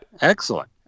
Excellent